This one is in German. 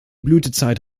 blütezeit